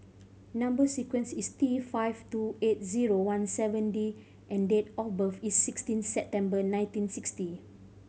number sequence is T five two eight zero one seven D and date of birth is sixteen September nineteen sixty